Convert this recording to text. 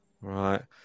right